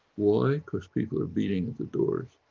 why? because people are beating the doors.